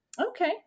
Okay